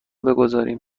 بگذاریم